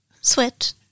Switch